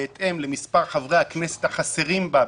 בהתאם למספר חברי הכנסת החסרים בה,